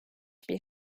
bir